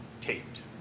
taped